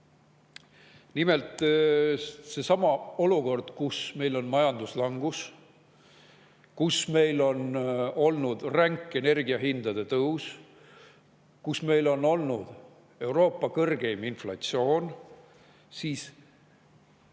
Nimelt, olukorras, kus meil on majanduslangus, kus meil on olnud ränk energiahindade tõus, kus meil on olnud Euroopa kõrgeim inflatsioon, on just